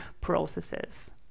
processes